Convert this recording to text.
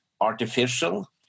artificial